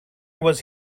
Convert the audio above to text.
was